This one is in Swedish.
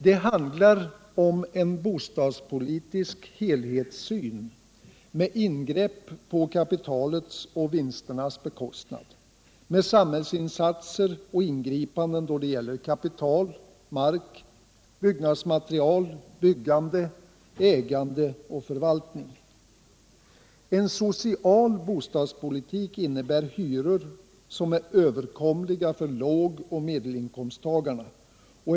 | Det handlar om en bostadspolitisk helhetssyn med ingrepp på kapitalets och vinsternas bekostnad, med samhällsinsatser och ingripanden då det gäller kapital, mark, byggnadsmaterial, byggande, ägande och förvaltning. En social bostadspolitik innebär hyror som är överkomliga för låg och medelinkomsttagarna.